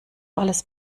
alles